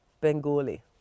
Bengali